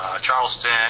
Charleston